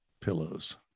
pillows